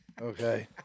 Okay